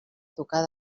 tocar